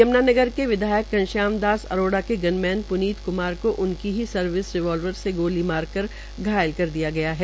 यमुनानगर के विधायक घनश्याम दास अरोड़ा के गनमैन प्नीत को उनकी ही सर्विस रिवालवर से गोली मार कर घायल कर दिया गया है